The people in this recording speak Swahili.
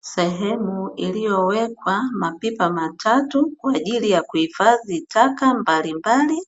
Sehemu iliyowekwa mapipa matatu kwa ajili ya kuhifadhi taka mbalimbali,